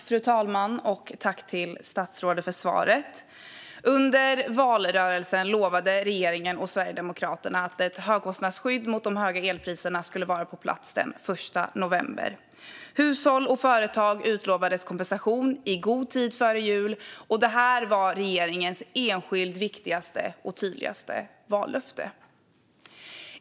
Fru talman! Tack, statsrådet, för svaret! Under valrörelsen lovade regeringen och Sverigedemokraterna att ett högkostnadsskydd mot de höga elpriserna skulle vara på plats den 1 november. Hushåll och företag utlovades kompensation i god tid före jul, och det var regeringens enskilt viktigaste och tydligaste vallöfte.